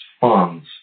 funds